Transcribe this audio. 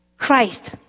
Christ